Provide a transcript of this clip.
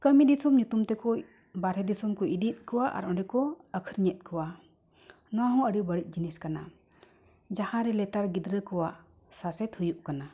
ᱠᱟᱹᱢᱤ ᱫᱤᱥᱚᱢ ᱧᱩᱛᱩᱢ ᱛᱮᱠᱚ ᱵᱟᱦᱨᱮ ᱫᱤᱥᱚᱢ ᱛᱮᱠᱚ ᱤᱫᱤᱭᱮᱫ ᱠᱚᱣᱟ ᱟᱨ ᱚᱸᱰᱮ ᱠᱚ ᱟᱹᱠᱷᱨᱤᱧᱮᱫ ᱠᱚᱣᱟ ᱱᱚᱣᱟ ᱦᱚᱸ ᱟᱹᱰᱤ ᱵᱟᱹᱲᱤᱡ ᱡᱤᱱᱤᱥ ᱠᱟᱱᱟ ᱡᱟᱦᱟᱸ ᱨᱮ ᱞᱮᱛᱟᱲ ᱜᱤᱫᱽᱨᱟᱹ ᱠᱚᱣᱟᱜ ᱥᱟᱥᱮᱫ ᱦᱩᱭᱩᱜ ᱠᱟᱱᱟ